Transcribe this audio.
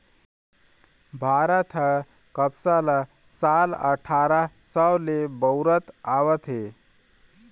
भारत ह कपसा ल साल अठारा सव ले बउरत आवत हे